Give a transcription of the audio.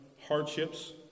hardships